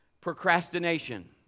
Procrastination